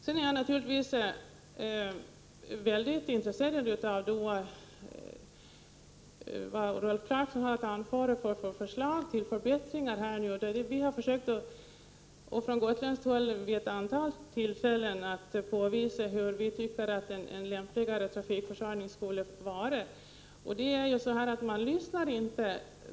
Sedan är jag naturligtvis mycket intresserad av vad Rolf Clarkson har att anföra för förslag till förbättringar. Från gotländskt håll har vi vid ett flertal tillfällen försökt påvisa hur vi tycker att en lämpligare trafikförsörjning skulle vara. Men man lyssnar inte.